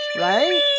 right